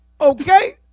Okay